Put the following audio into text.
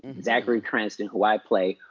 zachary cranston, who i play,